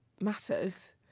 matters